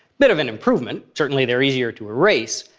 bit of an improvement certainly they're easier to erase,